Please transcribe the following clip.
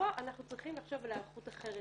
ופה אנחנו צריכים לחשוב על הערכות אחרת.